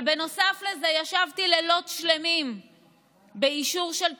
אבל בנוסף לזה ישבתי לילות שלמים באישור של תקש"חים,